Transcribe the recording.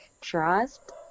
trust